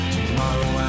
Tomorrow